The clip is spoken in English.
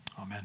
Amen